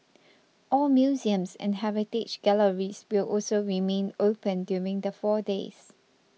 all museums and heritage galleries will also remain open during the four days